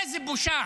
איזו בושה.